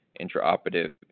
intraoperative